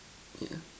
yeah